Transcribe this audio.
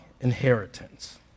inheritance